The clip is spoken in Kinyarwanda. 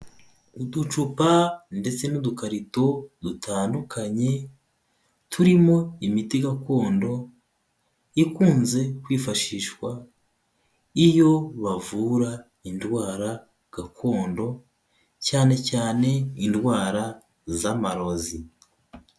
Uducupa ndetse n'udukarito dutandukanye, turimo imiti gakondo ikunze kwifashishwa iyo bavura indwara gakondo, cyane cyane indwara z'amarozi.